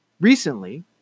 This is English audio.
Recently